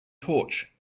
torch